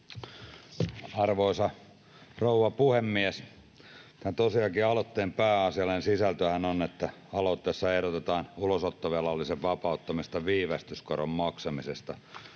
Arvoisa rouva puhemies! Tosiaankin tämän aloitteen pääasiallinen sisältöhän on, että aloitteessa ehdotetaan ulosottovelallisen vapauttamista viivästyskoron maksamisesta.